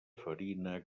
farina